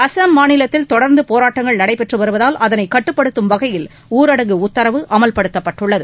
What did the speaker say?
அஸ்ஸாம் மாநிலத்தில் தொடர்ந்து போராட்டங்கள் நடைபெற்று வருவதால் அதனை கட்டுப்படுத்தும் வகையில் ஊரடங்கு உத்தரவு அமல்படுத்தப்பட்டுள்ளது